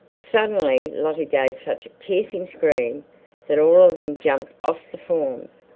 suddenly lottie gave such a piercing scream that all of them jumped off the forms,